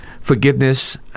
forgiveness